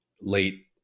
late